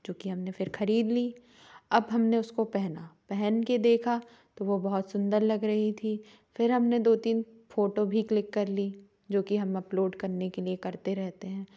जो कि हमने खरीद ली अब हमने उसको पहना पहन के देखा तो वो बहुत सुंदर लग रही थी फिर हमने दो तीन फोटो भी क्लिक कर ली जो कि हम अपलोड करने के लिए करते रहते हैं